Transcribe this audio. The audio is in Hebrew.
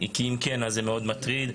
כי אם כן זה מאוד מטריד,